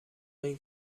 این